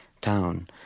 town